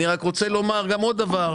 אני רוצה לומר עוד דבר.